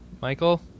Michael